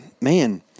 man